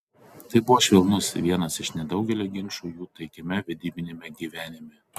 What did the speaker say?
tai buvo švelnus vienas iš nedaugelio ginčų jų taikiame vedybiniame gyvenime